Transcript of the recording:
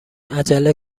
عجله